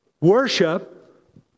Worship